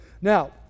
Now